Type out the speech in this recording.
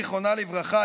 זיכרונה לברכה,